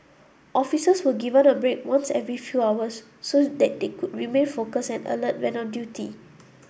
officers were given a break once every few hours so that they could remain focused and alert when on duty